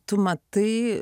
tu matai